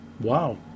Wow